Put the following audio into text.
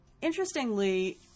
Interestingly